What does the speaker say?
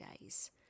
days